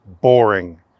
boring